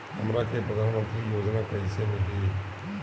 हमरा के प्रधानमंत्री योजना कईसे मिली?